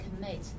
commit